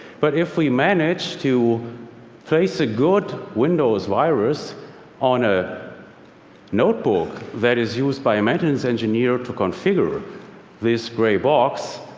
but if we manage to place a good windows virus on a notebook that is used by a maintenance engineer to configure this gray box,